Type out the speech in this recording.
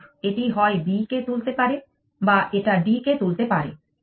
তাই এটি হয় B কে তুলতে পারে বা এটা D কে তুলতে পারে